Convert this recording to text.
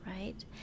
right